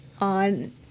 on